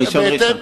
על ראשון,